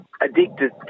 addicted